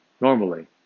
normally